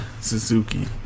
Suzuki